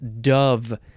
dove